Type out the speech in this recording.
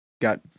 got